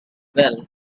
well